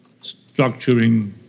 structuring